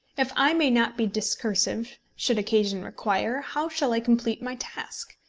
if i may not be discursive should occasion require, how shall i complete my task?